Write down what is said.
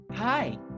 Hi